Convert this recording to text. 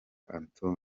antoine